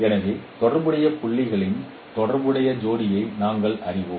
எனவே தொடர்புடைய புள்ளிகளின் தொடர்புடைய ஜோடியை நாங்கள் அறிவோம்